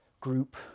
group